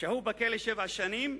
שהו בכלא שבע שנים,